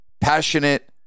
passionate